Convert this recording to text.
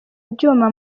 ibyuma